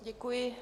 Děkuji.